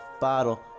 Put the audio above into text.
bottle